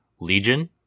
Legion